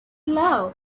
love